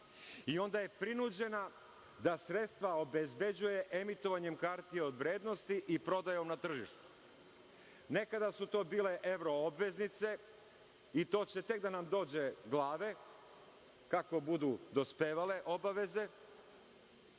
i onda je prinuđena da sredstva obezbeđuje emitovanjem hartija od vrednosti i prodajom na tržištu. Nekada su to bile evroobveznice, i to ćete tek da nam dođe glave, kako budu dospevale obaveze,